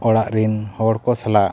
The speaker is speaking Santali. ᱚᱲᱟᱜ ᱨᱮᱱ ᱦᱚᱲ ᱠᱚ ᱥᱟᱞᱟᱜ